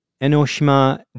Enoshima